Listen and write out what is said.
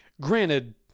Granted